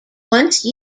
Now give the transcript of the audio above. once